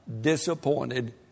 disappointed